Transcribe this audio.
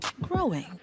Growing